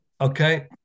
Okay